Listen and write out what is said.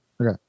Okay